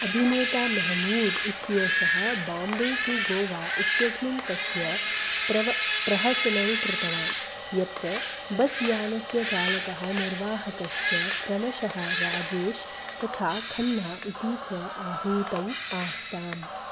अभिनेता मेहमूद् इत्येषः बाम्बे टु गोवा इत्यस्मिन् तस्य प्रव प्रहसनं कृतवान् यत्र बस् यानस्य चालकः निर्वाहकश्च क्रमशः राजेश् तथा खन्ना इति च आहूतौ आस्ताम्